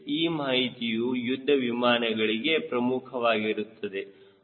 ಈ ಮಾಹಿತಿಯು ಯುದ್ಧ ವಿಮಾನಗಳಿಗೆ ಪ್ರಮುಖವಾಗಿರುತ್ತದೆ